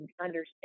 understand